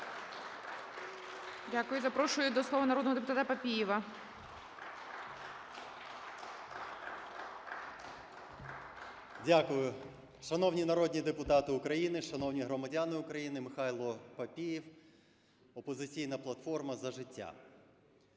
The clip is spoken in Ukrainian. М.М. Дякую. Шановні народні депутати України! Шановні громадяни України! Михайло Папієв, "Опозиційна платформа – За життя".